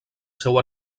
seu